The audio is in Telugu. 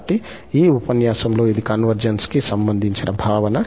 కాబట్టి ఈ ఉపన్యాసంలో ఇది కన్వర్జెన్స్ కి సంబంధించిన భావన